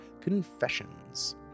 confessions